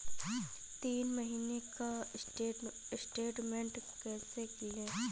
तीन महीने का स्टेटमेंट कैसे लें?